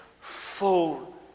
full